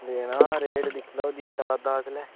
लैना रेट दिक्खी लैओ जे चला दा इसलै